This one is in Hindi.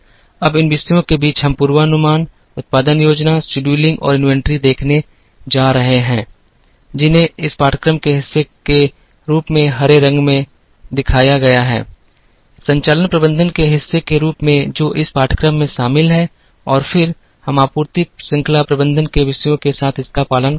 अब इन विषयों के बीच हम पूर्वानुमान उत्पादन योजना शेड्यूलिंग और इन्वेंट्री देखने जा रहे हैं जिन्हें इस पाठ्यक्रम के हिस्से के रूप में हरे रंग में दिखाया गया है संचालन प्रबंधन के हिस्से के रूप में जो इस पाठ्यक्रम में शामिल है और फिर हम आपूर्ति श्रृंखला प्रबंधन में विषयों के साथ इसका पालन करेंगे